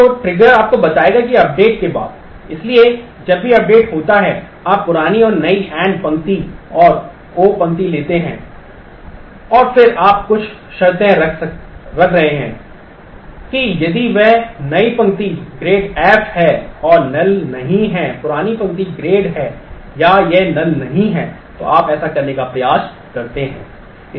तो आप यह अपडेट होता है आप पुरानी और नई मान n पंक्ति और o पंक्ति लेते हैं और फिर आप कुछ शर्तें रख रहे हैं कि यदि वह नई पंक्ति ग्रेड f है और null नहीं है पुरानी पंक्ति ग्रेड है या यह null नहीं है तो आप ऐसा करने का प्रयास करते हैं